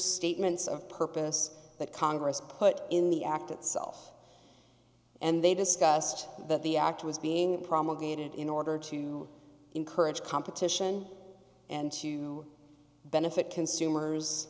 statements of purpose that congress put in the act itself and they discussed that the act was being promulgated in order to encourage competition and to benefit consumers